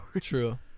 True